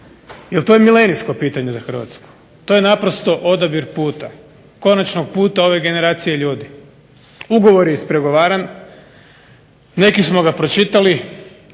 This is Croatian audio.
Jer to je milenijsko pitanje za Hrvatsku. To je naprosto odabir puta, konačnog puta ove generacije ljudi. Ugovor je ispregovaran, neki smo ga pročitali,